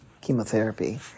chemotherapy